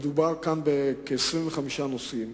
מדובר כאן בכ-25 נושאים,